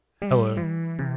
Hello